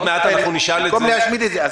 במקום להשמיד את זה.